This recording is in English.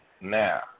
now